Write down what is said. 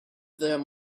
them